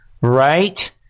Right